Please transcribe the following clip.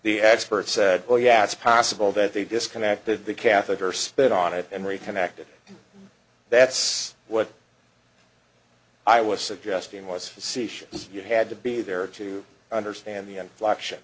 the expert said oh yeah it's possible that they disconnected the catheter spit on it and reconnected and that's what i was suggesting was facetious you had to be there to understand the inflection